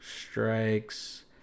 strikes